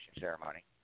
ceremony